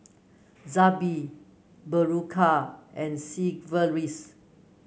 Zappy Berocca and Sigvaris